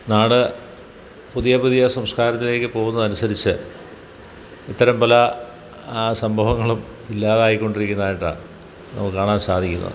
നാട് പുതിയ പുതിയ സംസ്കാരത്തിലേക്ക് പോകുന്നതനുസരിച്ച് ഇത്തരം പല സംഭവങ്ങളും ഇല്ലാതായിക്കൊണ്ടിരിക്കുന്നതായിട്ട് നമുക്ക് കാണാൻ സാധിക്കുന്നത്